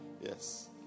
Yes